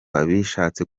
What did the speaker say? bishatse